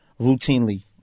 routinely